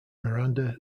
miranda